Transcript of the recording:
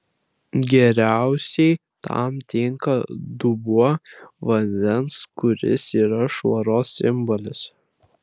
geriausiai tam tinka dubuo vandens kuris yra švaros simbolis